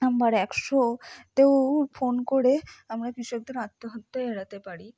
number একশো তেও phone করে আমরা কৃষকদের আত্মহত্যা এড়াতে পারি